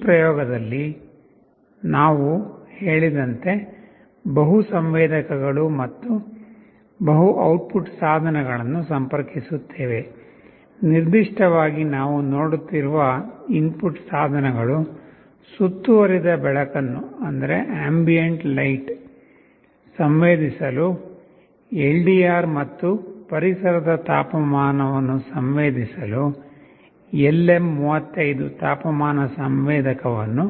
ಈ ಪ್ರಯೋಗದಲ್ಲಿ ನಾವು ಹೇಳಿದಂತೆ ಬಹು ಸಂವೇದಕಗಳು ಮತ್ತು ಬಹು ಔಟ್ಪುಟ್ ಸಾಧನಗಳನ್ನು ಸಂಪರ್ಕಿಸುತ್ತೇವೆ ನಿರ್ದಿಷ್ಟವಾಗಿ ನಾವು ನೋಡುತ್ತಿರುವ ಇನ್ಪುಟ್ ಸಾಧನಗಳು ಸುತ್ತುವರಿದ ಬೆಳಕನ್ನು ಸಂವೇದಿಸಲು LDR ಮತ್ತು ಪರಿಸರದ ತಾಪಮಾನವನ್ನು ಸಂವೇದಿಸಲು LM35 ತಾಪಮಾನ ಸಂವೇದಕವನ್ನು